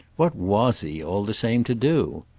what was he, all the same, to do?